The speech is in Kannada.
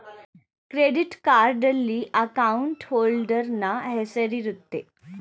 ಕ್ರೆಡಿಟ್ ಕಾರ್ಡ್ನಲ್ಲಿ ಅಕೌಂಟ್ ಹೋಲ್ಡರ್ ನ ಹೆಸರಿರುತ್ತೆ